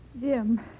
Jim